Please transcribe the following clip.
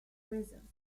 reasons